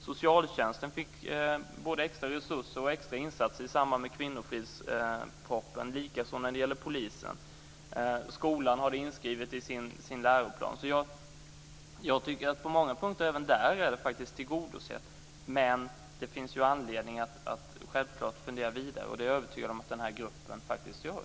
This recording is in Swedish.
Socialtjänsten fick både extra resurser och extra insatser i samband med kvinnofridspropositionen, likaså när det gäller polisen. Skolan har det inskrivet i sin läroplan. Jag tycker på många punkter att behovet är tillgodosett. Men det finns självfallet anledning att fundera vidare, och det är jag övertygad om att den här gruppen faktiskt gör.